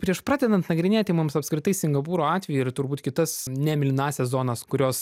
prieš pradedant nagrinėti mums apskritai singapūro atvejį ir turbūt kitas ne mėlynąsias zonas kurios